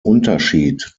unterschied